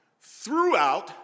throughout